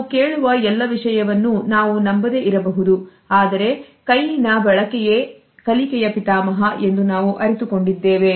ನಾವು ಕೇಳುವ ಎಲ್ಲ ವಿಷಯವನ್ನು ನಾವು ನಂಬದೇ ಇರಬಹುದು ಆದರೆ ಕೈನ ಬಳಕೆಯೇ ಕಲಿಕೆಯ ಪಿತಾಮಹ ಎಂದು ನಾವು ಅರಿತುಕೊಂಡಿದ್ದೇವೆ